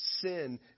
sin